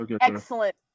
excellent